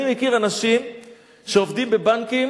אני מכיר אנשים שעובדים בבנקים